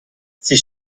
sie